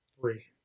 Three